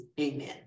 Amen